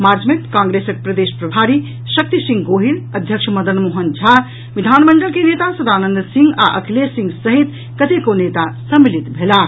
मार्च मे कांग्रेसक प्रदेश प्रभारी शक्ति सिंह गोहिल अध्यक्ष मदन मोहन झा विधानमंडल के नेता सदानंद सिंह आ अखिलेश सिंह सहित कतेको नेता सम्मिलित भेलाह